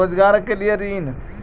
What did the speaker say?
रोजगार के लिए ऋण?